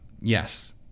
Yes